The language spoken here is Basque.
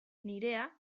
nirea